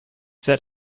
set